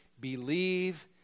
believe